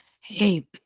Hey